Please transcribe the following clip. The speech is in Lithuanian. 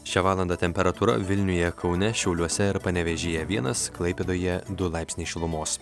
šią valandą temperatūra vilniuje kaune šiauliuose ir panevėžyje vienas klaipėdoje du laipsniai šilumos